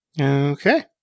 okay